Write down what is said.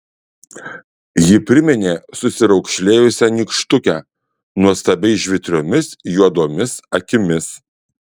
ji priminė susiraukšlėjusią nykštukę nuostabiai žvitriomis juodomis akimis